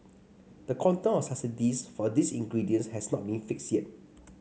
the quantum subsidies for these ingredients has not been fixed yet